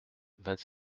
vingt